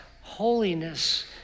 holiness